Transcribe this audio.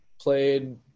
played